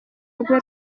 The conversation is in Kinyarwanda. rwe